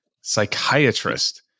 psychiatrist